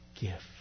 gift